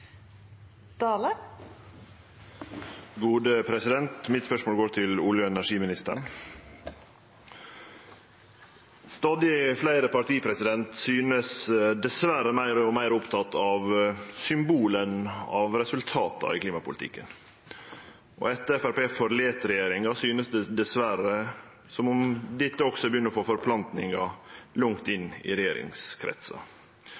Mitt spørsmål går til olje- og energiministeren. Stadig fleire parti synest dessverre å vere meir og meir opptekne av symbol enn av resultata i klimapolitikken. Etter at Framstegspartiet forlét regjeringa, synest det dessverre som om dette også begynner å forplante seg langt